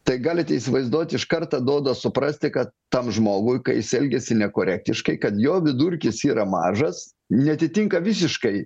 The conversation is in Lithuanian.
tai galite įsivaizduot iš karto duoda suprasti kad tam žmogui kai jis elgiasi nekorektiškai kad jo vidurkis yra mažas neatitinka visiškai